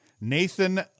Nathan